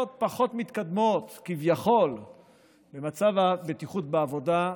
פחות מתקדמות כביכול במצב הבטיחות בעבודה,